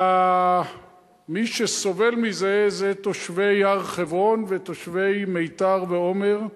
ומי שסובל מזה זה תושבי הר-חברון ותושבי מיתר ועומר.